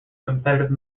competitive